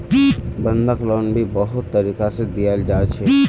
बंधक लोन भी बहुत तरीका से दियाल जा छे